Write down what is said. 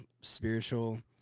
spiritual